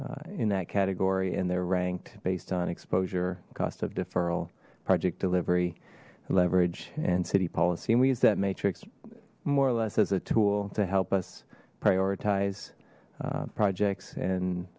projects in that category and they're ranked based on exposure cost of deferral project delivery leverage and city policy and we use that matrix more or less as a tool to help us prioritize projects and